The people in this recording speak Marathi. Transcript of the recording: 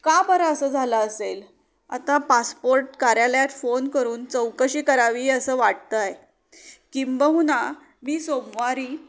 का बरं असं झालं असेल आता पासपोर्ट कार्यालयात फोन करून चौकशी करावी असं वाटतं आहे किंबहुना मी सोमवारी